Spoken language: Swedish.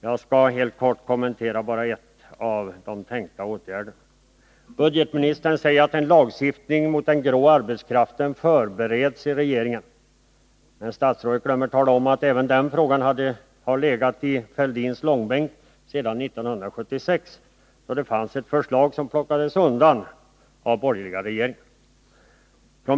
Jag skall helt kort kommentera bara en av de tänkta åtgärderna. Budgetministern säger att en lagstiftning mot den grå arbetskraften förbereds i regeringen. Men statsrådet glömmer tala om att även den frågan har legat i Thorbjörn Fälldins långbänk sedan 1976, då det fanns ett förslag som plockades undan av den borgerliga regeringen.